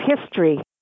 history